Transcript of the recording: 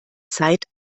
zeit